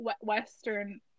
western